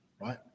right